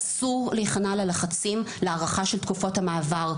אסור להיכנע ללחצים להארכה של תקופות המעבר.